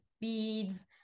beads